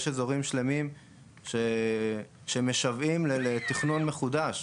יש אזורים שלמים שמשוועים לתכנון מחודש,